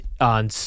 on